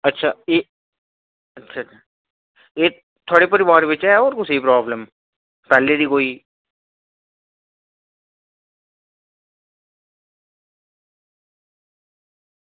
अच्छा एह् थुआढ़े परिवार च ऐ कुसै गी प्रॉब्लम पैह्लें दी कोई